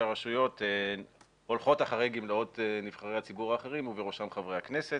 הרשויות הולכות אחרי גמלאות נבחרי הציבור האחרים ובראשם חברי הכנסת,